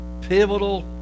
pivotal